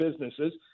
businesses